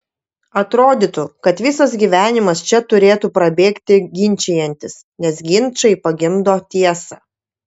atrodytų kad visas gyvenimas čia turėtų prabėgti ginčijantis nes ginčai pagimdo tiesą